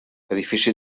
edifici